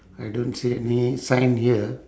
I don't see any sign here